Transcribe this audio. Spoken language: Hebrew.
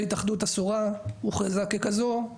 והתאחדות אסורה הוכרזה ככזו,